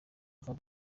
yvan